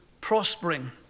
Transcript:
prospering